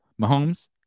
Mahomes